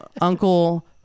Uncle